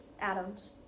Adams